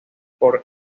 por